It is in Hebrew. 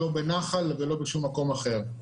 לא בנחל ולא בשום מקום אחר.